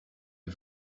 you